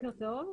בוקר טוב.